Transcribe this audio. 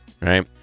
right